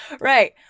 Right